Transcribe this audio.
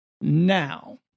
Now